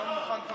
לא נכון.